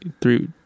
three